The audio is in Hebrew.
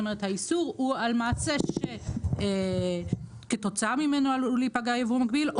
האיסור הוא על מעשה שכתוצאה ממנו עלול להיפגע ייבוא מקביל.